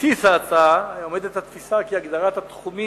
בבסיס ההצעה עומדת התפיסה כי הגדרת התחומים